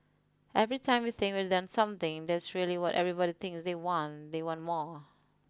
every time we think we've done something that's really what everybody thinks they want they want more